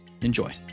Enjoy